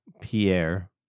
pierre